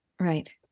Right